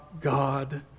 God